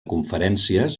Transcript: conferències